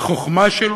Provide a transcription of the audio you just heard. בחוכמה שלו,